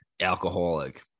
alcoholic